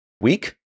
weak